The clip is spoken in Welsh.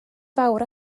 fawr